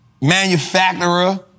manufacturer